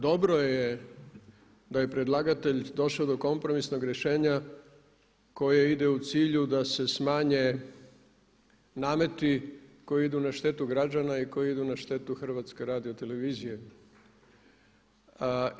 Drugo, dobro je da je predlagatelj došao do kompromisnog rješenja koje ide u cilju da se smanje nameti koji idu na štetu građana i koji idu na štetu HRT-a.